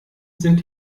sind